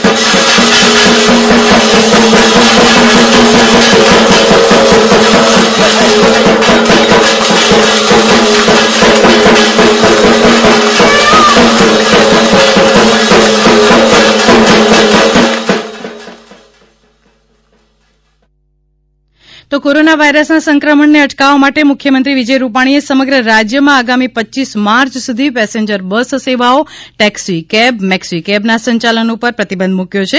taxi cab પ્રતિબધ્ધ corona વાયરસના સંક્રમણને અટકાવવા માટે મુખ્યમંત્રી વિજય રૂપાણીએ સમગ્ર રાજ્યમાં આગામી રપ માર્ચ સુધી પેસેન્જર બસ સેવાઓ ટેક્ષી કેબ મેક્ષી કેબના સચાલન ઉપર પ્રતિબધ મુકથો છે